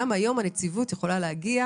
גם היום הנציבות יכולה להגיע